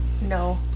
No